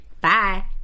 bye